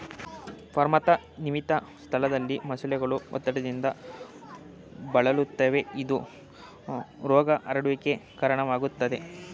ಫಾರ್ಮ್ನಂತ ಸೀಮಿತ ಸ್ಥಳದಲ್ಲಿ ಮೊಸಳೆಗಳು ಒತ್ತಡದಿಂದ ಬಳಲುತ್ತವೆ ಇದು ರೋಗ ಹರಡುವಿಕೆಗೆ ಕಾರಣವಾಗ್ತದೆ